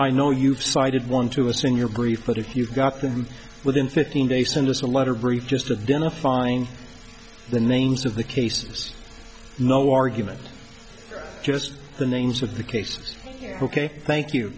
i know you've cited one to us in your brief but if you've got them within fifteen days send us a letter very just a done a fine the names of the cases no argument just the names of the cases ok thank you